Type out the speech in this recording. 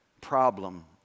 problem